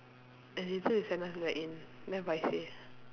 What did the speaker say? and later they send us back in then paiseh